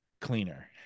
cleaner